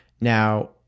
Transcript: Now